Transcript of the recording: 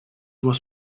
was